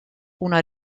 una